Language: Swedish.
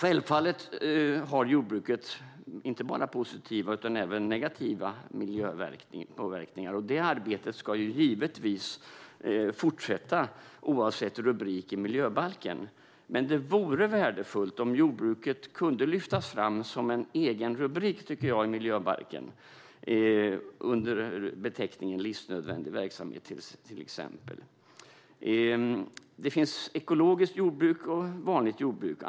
Jordbruket innebär självfallet inte bara positiv utan även negativ miljöpåverkan. Och arbetet med det ska givetvis fortsätta, oavsett rubrik i miljöbalken. Men det vore värdefullt om jordbruket kunde lyftas fram som en egen rubrik i miljöbalken, till exempel under beteckningen livsnödvändig verksamhet. Det finns ekologiskt jordbruk och vanligt jordbruk.